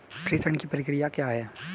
प्रेषण की प्रक्रिया क्या है?